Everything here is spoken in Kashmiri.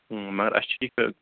مَگر اَسہِ چھِ ٹِکٹہٕ